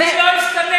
אני לא השתניתי.